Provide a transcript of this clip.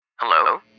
Hello